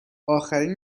آخرین